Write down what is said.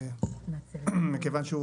מכיוון שהוא